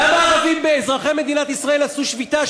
למה ערבים אזרחי מדינת ישראל עשו שביתה,